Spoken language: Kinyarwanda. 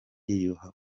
yiyahura